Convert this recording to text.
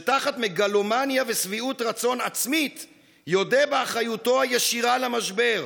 שתחת מגלומניה ושביעות רצון עצמית יודה באחריותו הישירה למשבר,